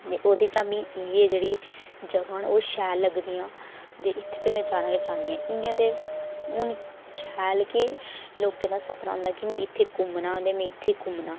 ते ओह्दे चा मिगी इ'यै जेह्ड़ी जगह्ं न ओह् मिगी शैल लगदियां न ते इत्थै में जाना गै चाह्न्नी आं इ'यां ते हून शैल केह् लोकें दा सपना होंदा कि में इत्थै घुम्मना ते में इत्थै घुम्मना